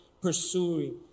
pursuing